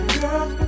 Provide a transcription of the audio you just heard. girl